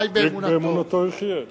חי באמונתו, באמונתו יחיה.